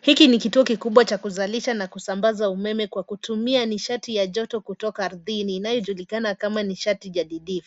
Hiki ni kituo kikubwa cha kuzalisha na kusambaza umeme kwa kutumia nishati ya joto kutoka ardhini inayojulikana kama nishati jadidi.